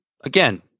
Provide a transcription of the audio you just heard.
again